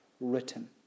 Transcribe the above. written